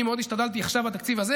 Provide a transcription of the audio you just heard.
אני מאוד השתדלתי עכשיו בתקציב הזה